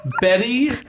Betty